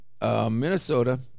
Minnesota